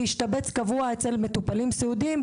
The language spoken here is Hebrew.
ושיבצנו אותם קבוע אצל מטופלים סיעודיים,